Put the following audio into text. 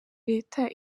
leta